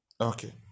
Okay